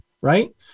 right